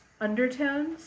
undertones